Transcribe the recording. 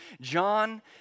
John